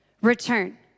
return